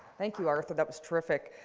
thank you, arthur. that was terrific.